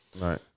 Right